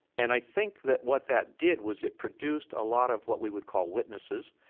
and i think that what that did was it produced a lot of what we would call witnesses,